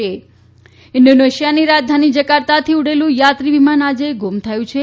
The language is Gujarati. વિમાન ગુમ ઇન્ડોનેશીયાની રાજધાની જકાર્તાથી ઉડેલુ યાત્રી વિમાન આજે ગુમ થયુ છે